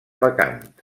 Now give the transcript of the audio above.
vacant